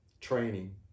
training